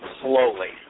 slowly